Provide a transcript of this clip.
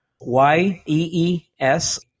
Y-E-E-S